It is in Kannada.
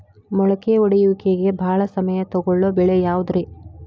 ಮೊಳಕೆ ಒಡೆಯುವಿಕೆಗೆ ಭಾಳ ಸಮಯ ತೊಗೊಳ್ಳೋ ಬೆಳೆ ಯಾವುದ್ರೇ?